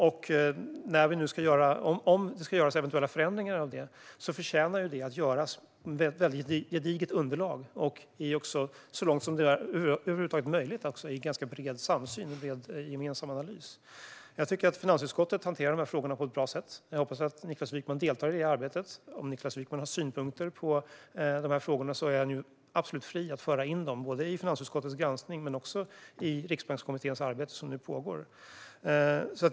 Om det ska göras eventuella förändringar av detta förtjänar det att göras med ett väldigt gediget underlag och, så långt som det över huvud taget är möjligt, i bred samsyn och efter en gemensam analys. Jag tycker att finansutskottet hanterar de här frågorna på ett bra sätt och hoppas att Niklas Wykman deltar i det arbetet. Om Niklas Wykman har synpunkter på de här frågorna är han absolut fri att föra in dem i finansutskottets granskning men också i Riksbankskommitténs arbete som nu pågår.